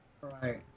Right